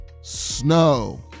snow